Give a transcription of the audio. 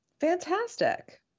Fantastic